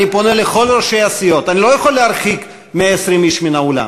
אני פונה לכל ראשי הסיעות: אני לא יכול להרחיק 120 איש מן האולם,